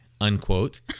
unquote